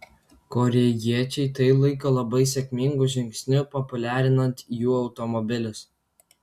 korėjiečiai tai laiko labai sėkmingu žingsniu populiarinant jų automobilius